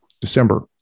December